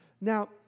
Now